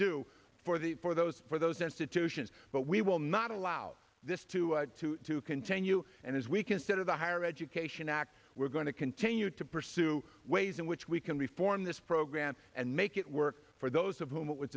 do for the for those for those institutions but we will not allow this to to to continue and as we consider the higher education act we're going to continue to pursue ways in which we can reform this program and make it work for those of whom